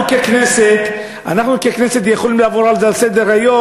אנחנו ככנסת יכולים לעבור על זה לסדר-היום.